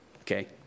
Okay